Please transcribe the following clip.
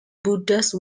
buddha